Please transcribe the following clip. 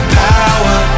power